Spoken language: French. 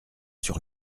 sur